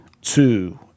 two